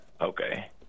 Okay